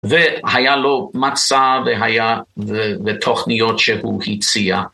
והיה לו מצע ותוכניות שהוא הציע.